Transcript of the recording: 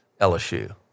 LSU